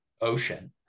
ocean